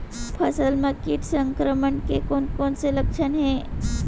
फसल म किट संक्रमण के कोन कोन से लक्षण हे?